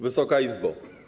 Wysoka Izbo!